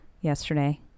yesterday